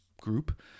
group